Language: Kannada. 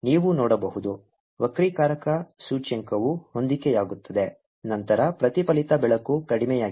ನೀವು ನೋಡಬಹುದು ವಕ್ರೀಕಾರಕ ಸೂಚ್ಯಂಕವು ಹೊಂದಿಕೆಯಾಗುತ್ತದೆ ನಂತರ ಪ್ರತಿಫಲಿತ ಬೆಳಕು ಕಡಿಮೆಯಾಗಿದೆ